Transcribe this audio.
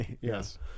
yes